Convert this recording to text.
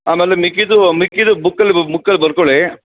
ಆಮೇಲೆ ಮಿಕ್ಕಿದ್ದು ಮಿಕ್ಕಿದ್ದು ಬುಕ್ಕಲ್ಲಿ ಬುಕ್ಕಲ್ಲಿ ಬರ್ಕೊಳ್ಳಿ